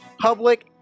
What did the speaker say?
public